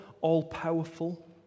all-powerful